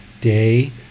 day